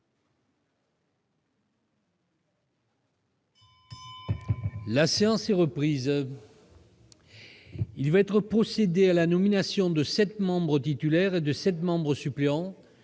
La séance est reprise. Il va être procédé à la nomination de sept membres titulaires et de sept membres suppléants